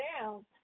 down